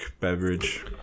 beverage